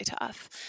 tough